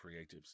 creatives